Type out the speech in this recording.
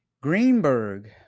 Greenberg